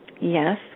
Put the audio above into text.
Yes